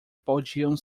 podiam